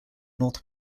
north